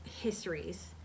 histories